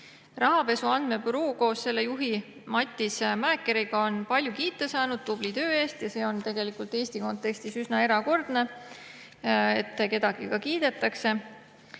Rahapesu Andmebüroo koos selle juhi Matis Mäekeriga on palju kiita saanud tubli töö eest ja see on tegelikult Eesti kontekstis üsna erakordne, et kedagi ka kiidetakse.